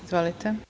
Izvolite.